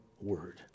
word